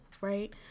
right